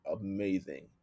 Amazing